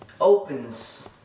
opens